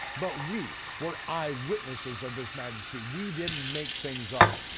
but we were eyewitnesses of this majesty, we didn't make things up.